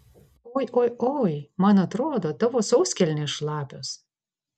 oi oi oi man atrodo tavo sauskelnės šlapios